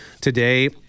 today